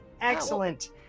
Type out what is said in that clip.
excellent